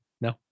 No